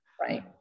Right